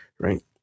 right